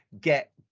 get